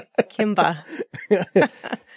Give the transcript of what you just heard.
Kimba